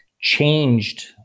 changed